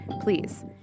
Please